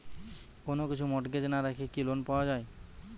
কোন কিছু মর্টগেজ না রেখে কি লোন পাওয়া য়ায়?